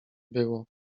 było